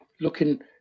looking